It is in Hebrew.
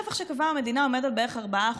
הרווח שקבעה המדינה עומד על בערך 4%,